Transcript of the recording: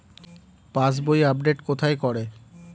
পাসবই update কোথায় করে?